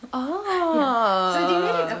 orh